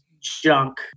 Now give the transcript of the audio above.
junk